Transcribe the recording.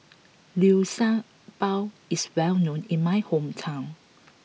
Liu Sha Bao is well known in my hometown